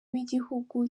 w’igihugu